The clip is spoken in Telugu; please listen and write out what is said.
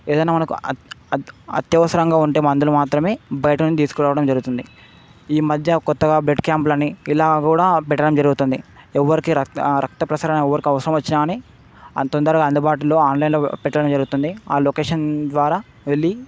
ఏదైనా మనకు అత్యవసరంగా ఉంటే మందులు మాత్రమే బయట నుండి తీసుకురావడం జరుగుతుంది ఈ మధ్య కొత్తగా బెడ్ క్యాంప్లని ఇలా కూడా పెట్టడం జరుగుతుంది ఎవరికి రక్త రక్త ప్రసరణ ఎవరికి అవసరం వచ్చిన కానీ అంత తొందరగా అందుబాటులో ఆన్లైన్లో పెట్టడం జరుగుతుంది ఆ లొకేషన్ ద్వారా వెళ్ళి